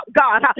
god